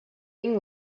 bring